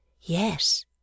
yes